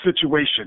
situation